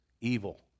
evil